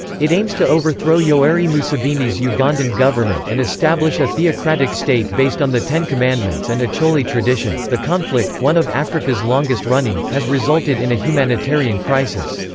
it aims to overthrow yoweri museveni's ugandan government and establish a theocratic state based on the ten commandments and acholi tradition the conflict, one of africa's longest running, has resulted in a humanitarian crisis.